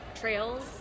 trails